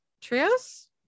Trios